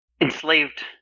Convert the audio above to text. enslaved